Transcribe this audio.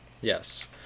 yes